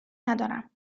ندارم